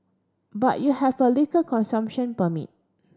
but you have a liquor consumption permit